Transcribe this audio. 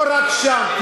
לא רק שם.